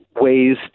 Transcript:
ways